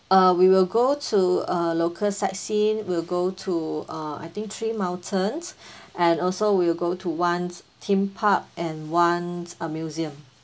uh we will go to uh local sightseeing will go to uh I think three mountains and also we will go to one's theme park and one's a museum